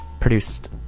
produced